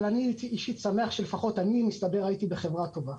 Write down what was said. התחבורה אבל אני אישית שמח שלפחות אני בחברה טובה.